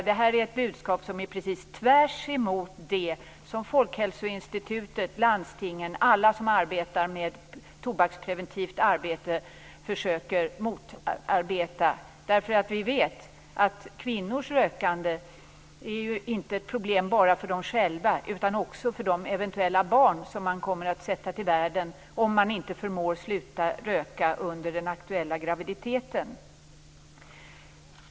Detta budskap går alltså tvärtemot det som Folkhälsoinstitutet, landstingen och alla som sysslar med tobakspreventivt arbete försöker motarbeta. Vi vet ju att kvinnors rökande inte är ett problem bara för kvinnorna själva utan också för eventuella barn som de sätter till världen om de inte förmår sluta röka under den aktuella graviditeten.